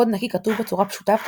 קוד נקי כתוב בצורה פשוטה ותמציתית,